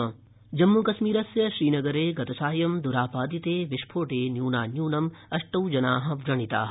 जम्मूकश्मीरे आक्रमणम् जम्मुकश्मीरस्य श्रीनगरे गतसायं दरापादिते विस्फोट न्यूनान्यूनम् अष्टौ जनाः व्रणिताः